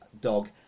dog